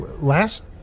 last